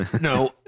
No